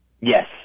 Yes